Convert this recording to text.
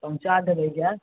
पहुँचा देबै गैस